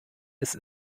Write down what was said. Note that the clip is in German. ist